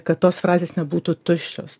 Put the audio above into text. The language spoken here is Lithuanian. kad tos frazės nebūtų tuščios